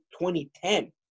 2010